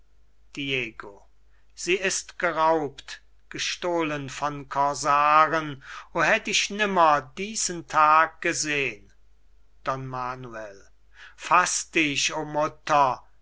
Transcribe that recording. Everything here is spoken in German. sie ist geraubt gestohlen von corsaren o hätt ich nimmer diesen tag gesehn don manuel faß dich o mutter